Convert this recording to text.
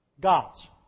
God's